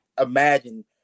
imagine